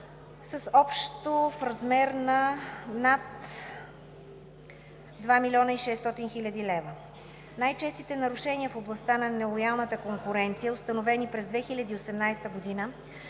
общо в размер над 2,6 млн. лв. Най-честите нарушения в областта на нелоялната конкуренция, установени през 2018 г.,